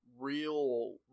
Real